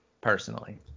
personally